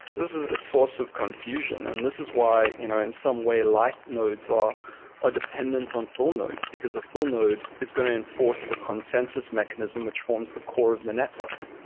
this is a source of confusion and this is why you know in some way light nodes are ah dependent on full nodes, because a full node is going to enforce the consensus mechanism which forms the core of the network.